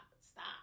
stop